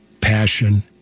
passion